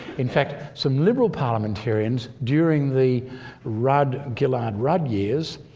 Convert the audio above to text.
in fact, some liberal parliamentarians during the rudd-gillard-rudd years,